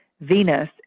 Venus